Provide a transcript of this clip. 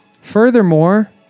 furthermore